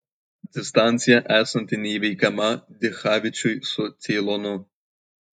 distancija esanti neįveikiama dichavičiui su ceilonu